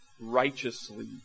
righteously